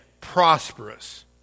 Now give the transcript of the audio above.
prosperous